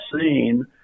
seen